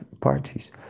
parties